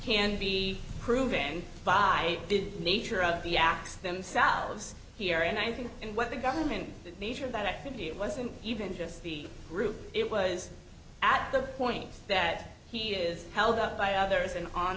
can be proven by the nature of the acts themselves here and i think and what the government nature of that activity it wasn't even just the group it was at the point that he is held up by others and on